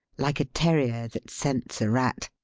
like a terrier that scents a rat.